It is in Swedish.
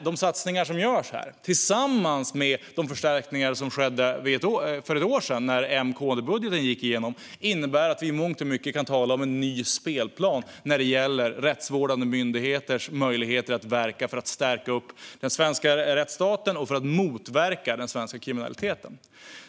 De satsningar som görs här tillsammans med de förstärkningar som gjordes för ett år sedan när M-KD-budgeten gick igenom innebär att vi i mångt och mycket kan tala om en ny spelplan när det gäller rättsvårdande myndigheters möjligheter att verka för att stärka den svenska rättsstaten och för att motverka den svenska kriminaliteten.